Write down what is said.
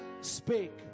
speak